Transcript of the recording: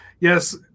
yes